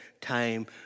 time